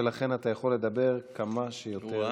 ולכן אתה יכול לדבר כמה שפחות.